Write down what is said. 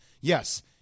Yes